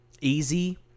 easy